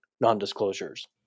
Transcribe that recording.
non-disclosures